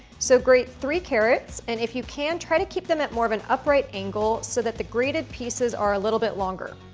so grate three carrots and if you can, try to keep them at more of an upright angle so that the grated pieces are a little bit longer.